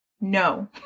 no